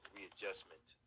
Readjustment